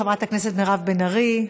חברת הכנסת מירב בן ארי.